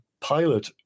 pilot